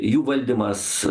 jų valdymas